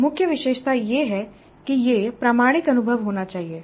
मुख्य विशेषता यह है कि यह प्रामाणिक अनुभव होना चाहिए